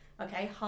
okay